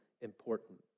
important